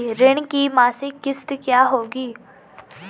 ऋण की मासिक किश्त क्या होगी?